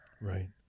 Right